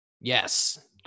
yes